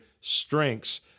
strengths